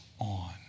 on